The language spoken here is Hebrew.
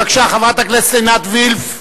בבקשה, חברת הכנסת עינת וילף.